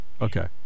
Okay